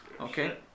Okay